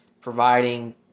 providing